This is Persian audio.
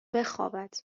بخوابد